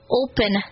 open